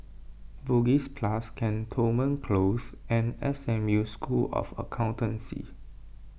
Bugis Plus Cantonment Close and S M U School of Accountancy